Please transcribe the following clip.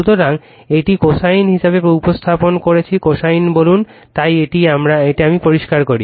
সুতরাং এটিকে কোসাইন হিসাবে উপস্থাপন করছি কোসাইন বলুন সময় উল্লেখ করুন 0508 তাই এখন আমি এটি পরিষ্কার করি